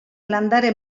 landare